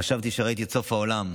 חשבתי שראיתי את סוף העולם.